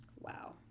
wow